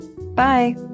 Bye